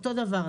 אותו דבר,